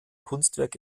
kunstwerk